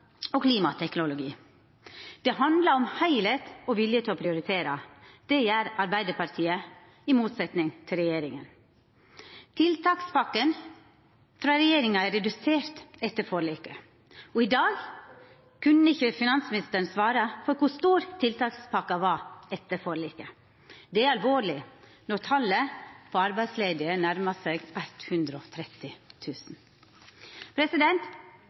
og klimateknologi. Det handlar om heilskap og vilje til å prioritera. Det gjer Arbeiderpartiet i motsetning til regjeringa. Tiltakspakken frå regjeringa er redusert etter forliket, og i dag kunne ikkje finansministeren svara på kor stor tiltakspakka var etter forliket. Det er alvorleg når talet på arbeidslause nærmar seg